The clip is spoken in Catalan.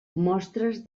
mostres